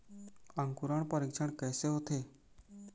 अंकुरण परीक्षण कैसे होथे?